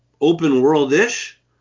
open-world-ish